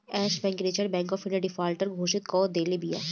एश bank के Reserve Bank of India defaulter घोषित कअ देले बिया